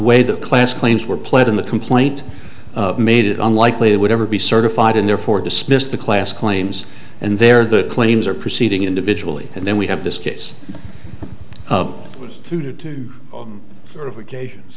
way the class claims were played in the complaint made it unlikely it would ever be certified and therefore dismissed the class claims and there the claims are proceeding individually and then we have this case was two to sort of occasions